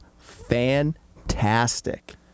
fantastic